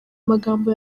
magambo